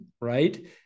right